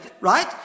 Right